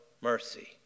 mercy